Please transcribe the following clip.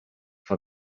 for